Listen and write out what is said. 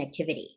connectivity